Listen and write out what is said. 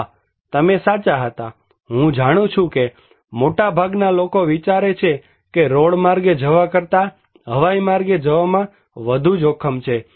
હા તમે સાચા હતા હું જાણું છું કે મોટા ભાગના લોકો વિચારે છે કે રોડ માર્ગે જવા કરતા હવાઈ માર્ગે જવામાં વધુ જોખમ છે